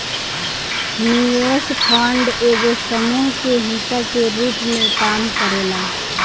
निवेश फंड एगो समूह के हिस्सा के रूप में काम करेला